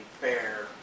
fair